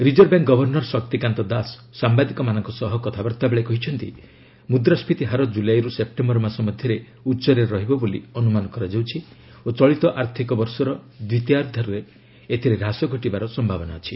reserve bank governor Shaktikanta Das ସାମ୍ଘାଦିକମାନଙ୍କ ସହ କଥାବାର୍ତ୍ତା ବେଳେ କହିଛନ୍ତି ମୁଦ୍ରାସ୍କୀତି ହାର ଜୁଲାଇରୁ ସେପ୍ଟେମ୍ବର ମାସ ମଧ୍ୟରେ ଉଚ୍ଚରେ ରହିବ ବୋଲି ଅନୁମାନ କରାଯାଉଛି ଓ ଚଳିତ ଆର୍ଥିକବର୍ଷର ଦ୍ୱିତୀୟାର୍ଦ୍ଧରେ ଏଥିରେ ହ୍ରାସ ଘଟିବାର ସମ୍ଭାବନା ଅଛି